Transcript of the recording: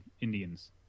indians